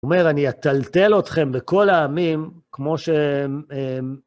זאת אומרת, אני אטלטל אתכם בכל העמים, כמו שהם...